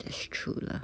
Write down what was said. that's true lah